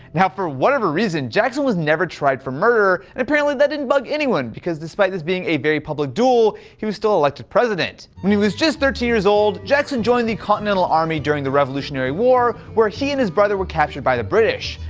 now for whatever reason, jackson was never tried for murder, and apparently that didn't bug anyone, because despite this being a very public duel, he was still elected president. when he was just thirteen years old, jackson joined the continental army during the revolutionary war where he and his brother were captured by the british.